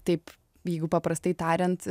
taip jeigu paprastai tariant